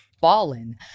fallen